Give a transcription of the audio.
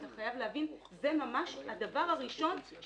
אתה חייב להבין זה ממש הדבר הראשון שאני